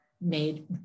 made